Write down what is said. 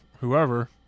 whoever